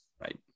Right